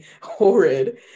horrid